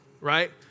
right